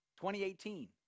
2018